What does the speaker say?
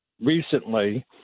recently